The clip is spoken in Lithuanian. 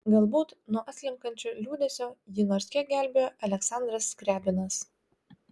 galbūt nuo atslenkančio liūdesio jį nors kiek gelbėjo aleksandras skriabinas